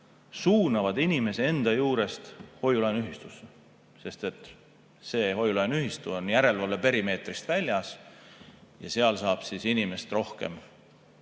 suunavad inimese enda juurest hoiu-laenuühistusse, sest see hoiu-laenuühistu on järelevalve perimeetrist väljas ja seal saab inimest rohkem